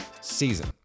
season